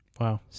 Wow